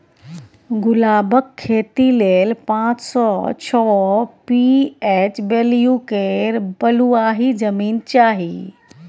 गुलाबक खेती लेल पाँच सँ छओ पी.एच बैल्यु केर बलुआही जमीन चाही